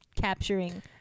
capturing